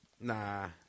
Nah